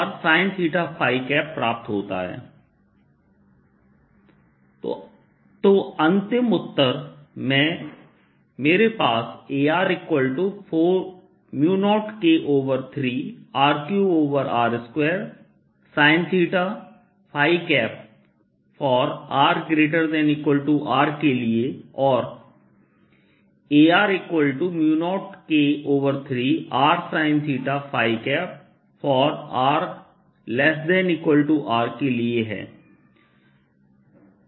sin xcos y Ar0K4π4π3 R3r2sinθ r≥R Ar0K4π4π3 rsinθr≤R तो अंतिम उत्तर में मेरे पास Ar0K3R3r2sinθr≥Rके लिए है और Ar0K3r sinθr≤Rके लिए है